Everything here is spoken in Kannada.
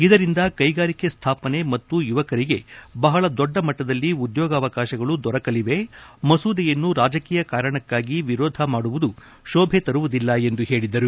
ಇದರಿಂದ ಕೈಗಾರಿಕೆ ಸ್ಥಾಪನೆ ಮತ್ತು ಯುವಕರಿಗೆ ಬಹಳ ದೊಡ್ಡ ಮಟ್ಟದಲ್ಲಿ ಉದ್ಕೋಗಾವಕಾಶಗಳು ದೊರಕಲಿವೆ ಮಸೂದೆಯನ್ನು ರಾಜಕೀಯ ಕಾರಣಕ್ಕಾಗಿ ವಿರೋಧ ಮಾಡುವುದು ಶೋಭೆ ತರುವುದಿಲ್ಲ ಎಂದು ಹೇಳಿದರು